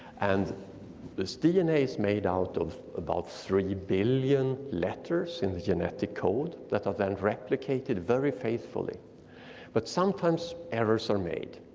and this dna is made out of about three billion letters in the genetic code that are then replicated very faithfully but sometimes errors are made.